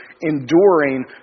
enduring